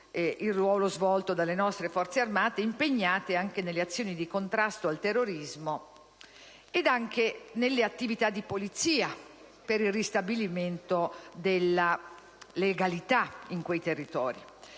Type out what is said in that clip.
il ruolo svolto dalle nostre Forze armate, impegnate nelle azioni di contrasto al terrorismo ed anche nelle attività di polizia per il ristabilimento della legalità in quei territori.